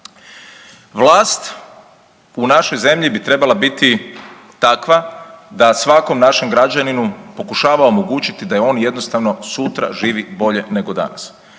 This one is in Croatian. Vlast u našoj zemlji bi trebala biti takva da svakom našem građaninu pokušava omogućiti da on jednostavno sutra živi bolje nego danas